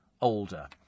older